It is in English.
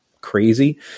crazy